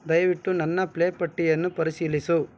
ದಯವಿಟ್ಟು ನನ್ನ ಪ್ಲೇ ಪಟ್ಟಿಯನ್ನು ಪರಿಶೀಲಿಸು